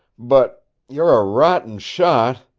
but you're a rotten shot!